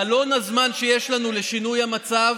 חלון הזמן שיש לנו לשינוי המצב,